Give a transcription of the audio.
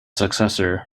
successor